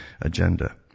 agenda